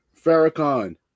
Farrakhan